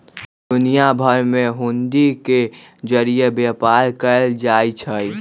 दुनिया भर में हुंडी के जरिये व्यापार कएल जाई छई